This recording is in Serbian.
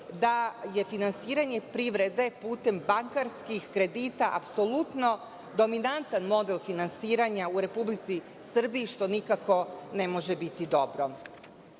da je finansiranje privrede putem bankarskih kredita apsolutno dominantan model finansiranja u Republici Srbiji, što nikako ne može biti dobro. Ono